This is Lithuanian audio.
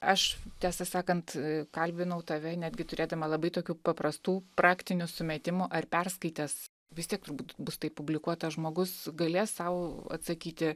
aš tiesą sakant kalbinau tave netgi turėdama labai tokių paprastų praktinių sumetimų ar perskaitęs vis tiek turbūt bus tai publikuota žmogus galės sau atsakyti